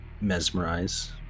mesmerize